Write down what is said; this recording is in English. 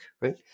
right